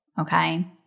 okay